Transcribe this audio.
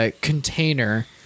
container